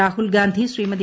Rahul Gandhi Shrimati